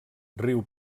riu